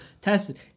tested